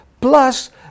Plus